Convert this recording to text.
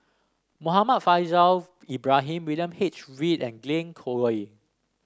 Muhammad Faishal Ibrahim William H Read and Glen Goei